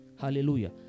Hallelujah